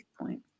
point